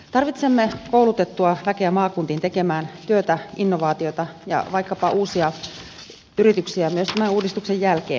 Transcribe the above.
tarvitsemme koulutettua väkeä maakuntiin tekemään työtä innovaatioita ja vaikkapa uusia yrityksiä myös tämän uudistuksen jälkeen